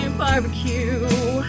barbecue